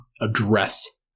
address